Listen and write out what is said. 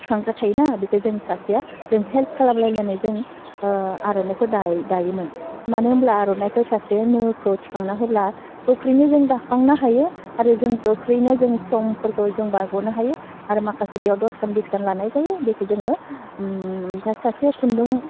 थिखांग्रा थायोना बेखौ जों सासेया जों हेल्फ खालामलायलायनाय जों ओह आर'नाइखौ दाय दायोमोन मानो होमब्ला आर'नाइखौ सासे नोखौ थिखांना होब्ला गोख्रैनो जों दाखांनो हायो आरो जों गोख्रैनो जों समफोरखौ जों बारग'नो हायो आरो माखासे बेयाव दस खान बिस खान लानाय जायो बेखौ जोङो ओम था सासे खुन्दुं